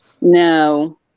No